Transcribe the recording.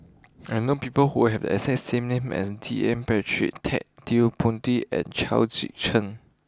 I know people who have the exact same name as D N Pritt Ted De Ponti and Chao Tzee Cheng